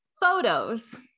photos